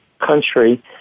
country